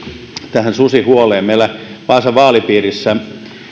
tähän susihuoleen meillä vaasan vaalipiirissä